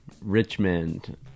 Richmond